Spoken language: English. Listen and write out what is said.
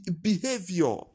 behavior